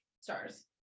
stars